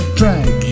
drag